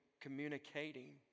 communicating